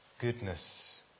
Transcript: goodness